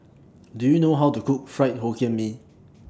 Do YOU know How to Cook Fried Hokkien Mee